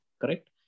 correct